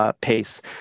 pace